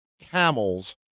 camels